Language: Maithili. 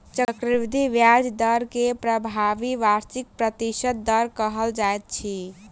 चक्रवृद्धि ब्याज दर के प्रभावी वार्षिक प्रतिशत दर कहल जाइत अछि